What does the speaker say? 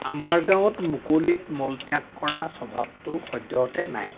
আমাৰ গাঁৱত মুকলিত মলত্যাগ কৰা স্বভাৱটো সদ্যহতে নাই